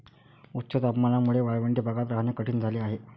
उच्च तापमानामुळे वाळवंटी भागात राहणे कठीण झाले आहे